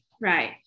right